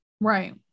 right